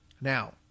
Now